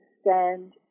stand